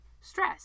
stress